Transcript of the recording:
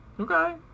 okay